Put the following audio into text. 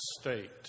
state